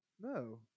No